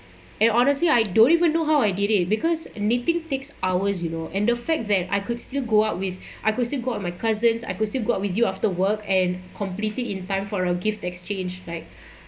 and honestly I don't even know how I did it because knitting takes hours you know and the fact that I could still go out with I could still go out my cousins I could still go out with you after work and complete it in time for a gift exchange like